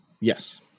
Yes